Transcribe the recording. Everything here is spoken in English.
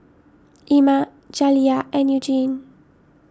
Ima Jaliyah and Eugene